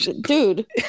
dude